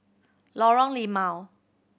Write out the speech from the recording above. Lorong Limau